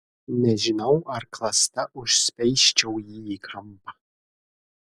nežinau ar klasta užspeisčiau jį į kampą